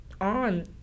on